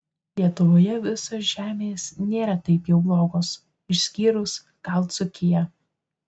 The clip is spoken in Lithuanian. lietuvoje visos žemės nėra taip jau blogos išskyrus gal dzūkiją